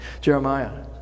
Jeremiah